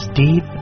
deep